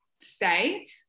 state